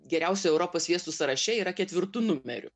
geriausių europos sviestų sąraše yra ketvirtu numeriu